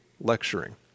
lecturing